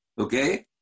Okay